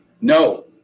No